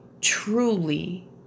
truly